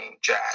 jazz